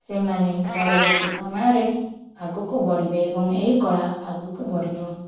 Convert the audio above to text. ସେମାନେ ପରବର୍ତ୍ତୀ ସମୟରେ ଆଗକୁ ବଢ଼ିବେ ଏବଂ ଏହି କଲା ଆଗକୁ ବଢ଼ିବ